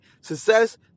Success